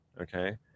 Okay